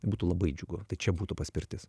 būtų labai džiugu tai čia būtų paspirtis